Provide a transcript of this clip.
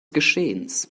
geschehens